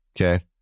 Okay